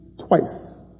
twice